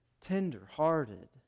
tender-hearted